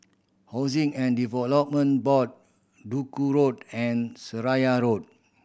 Housing and Development Board Duku Road and Seraya Road